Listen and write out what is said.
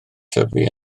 tyfu